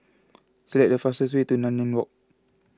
select the fastest way to Nanyang Walk